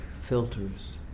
filters